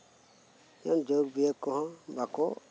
ᱡᱳᱜᱽ ᱵᱤᱭᱳᱜᱽ ᱠᱚᱦᱚᱸ ᱵᱟᱠᱚ